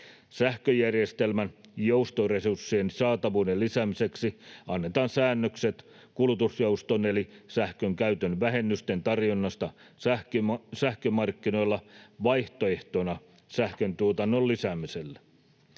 Sähköjärjestelmän joustoresurssien saatavuuden lisäämiseksi annetaan säännökset kulutusjouston eli sähkönkäytön vähennysten tarjonnasta sähkömarkkinoilla vaihtoehtona sähköntuotannon lisäämiselle.